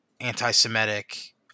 anti-Semitic